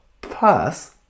Plus